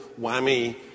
whammy